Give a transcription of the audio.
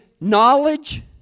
knowledge